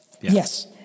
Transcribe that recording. Yes